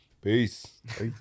Peace